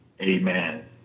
Amen